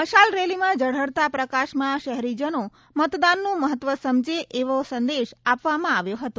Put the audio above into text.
મશાલ રેલીમાં ઝળહળતા પ્રકાશમાં શહેરીજનો મતદાનનું મહત્વ સમજે એવો સંદેશ આપવામાં આવ્યો હતો